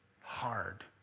hard